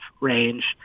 range